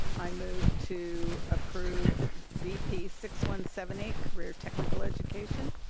i move to approve v p six one seven eight career technical education.